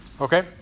Okay